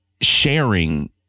sharing